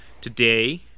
today